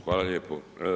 Hvala lijepo.